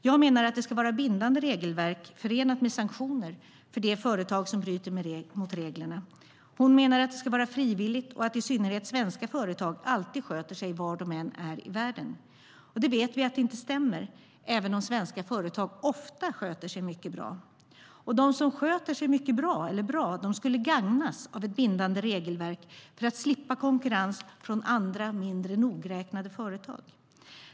Jag menar att det ska vara bindande regelverk, förenat med sanktioner för de företag som bryter mot reglerna. Hon menar att det ska vara frivilligt och att i synnerhet svenska företag alltid sköter sig var de än är i världen. Vi vet att det inte stämmer, även om svenska företag ofta sköter sig mycket bra. De som sköter sig mycket bra eller bra skulle gagnas av ett bindande regelverk för att slippa konkurrens från andra, mindre nogräknade, företag.